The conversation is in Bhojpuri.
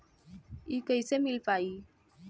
इ कईसे मिल पाई?